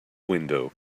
window